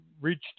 reached